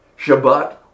Shabbat